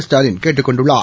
ஸ்டாலின் கேட்டுக் கொண்டுள்ளார்